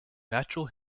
natural